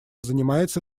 занимается